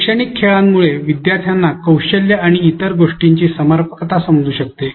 शैक्षणिक खेळांमुळे विद्यार्थ्यांना कौशल्य आणि इतर गोष्टींची समर्पकता समजू शकते